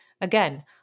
Again